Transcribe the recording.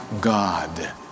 God